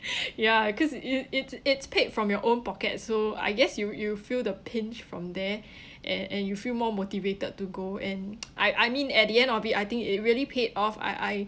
ya cause it it it's paid from your own pocket so I guess you you feel the pinch from there and and you feel more motivated to go and I I mean at the end of it I think it really paid off I I